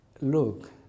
look